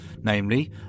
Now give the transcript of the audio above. namely